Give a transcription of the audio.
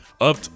up